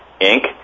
Inc